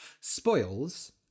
Spoils